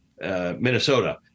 Minnesota